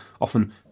often